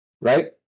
right